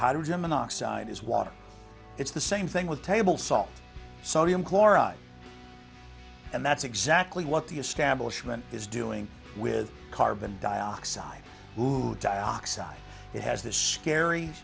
hydrogen monoxide is water it's the same thing with table salt sodium chloride and that's exactly what the establishment is doing with carbon dioxide dioxide it has this scary